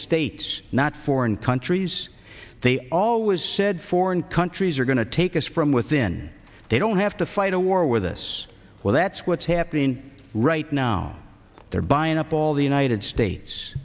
states not foreign countries they always said foreign countries are going to take us from within they don't have to fight a war with us well that's what's happening right now they're buying up all the united states